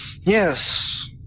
Yes